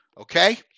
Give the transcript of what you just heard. Okay